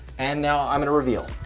and now i'm gonna reveal.